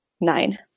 Nine